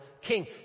king